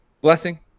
Blessing